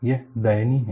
यह दयनिय है